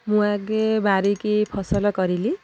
ମୁଁ ଆଗେ ବାରିକି ଫସଲ କରିଲି